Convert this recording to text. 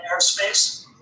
airspace